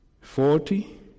Forty